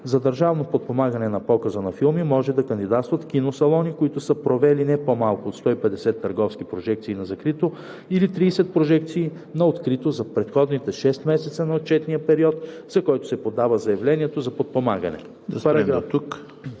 За държавно подпомагане на показа на филми може да кандидатстват киносалони, които са провели не по-малко от 150 търговски прожекции на закрито или 30 прожекции на открито за предходните шест месеца на отчетния период, за който се подава заявлението за подпомагане.“